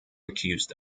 accused